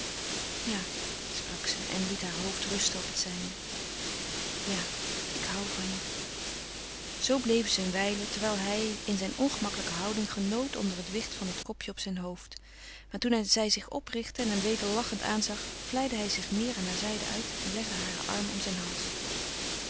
ja sprak ze en liet haar hoofd rusten op het zijne ja ik hoû van je zoo bleven ze een wijle terwijl hij in zijn ongemakkelijke houding genoot onder het wicht van het kopje op zijn hoofd maar toen zij zich oprichtte en hem weder lachend aanzag vlijde hij zich meer aan haar zijde uit en legde haren arm om zijn hals